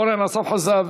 אורן אסף חזן,